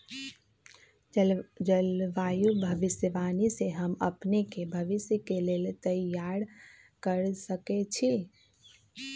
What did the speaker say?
जलवायु भविष्यवाणी से हम अपने के भविष्य के लेल तइयार कऽ सकै छी